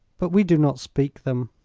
but we do not speak them.